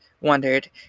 Wondered